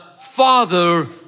father